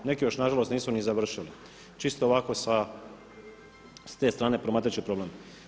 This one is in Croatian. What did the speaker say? Neki još na žalost nisu ni završili čisto ovako sa te strane promatrajući problem.